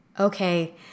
Okay